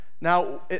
Now